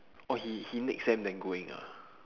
orh he he next sem then going ah